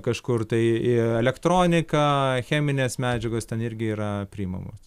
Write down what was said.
kažkur tai elektronika cheminės medžiagos ten irgi yra priimamos